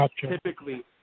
typically